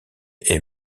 est